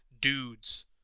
dudes